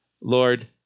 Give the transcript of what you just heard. Lord